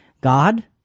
God